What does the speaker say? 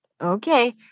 Okay